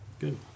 Good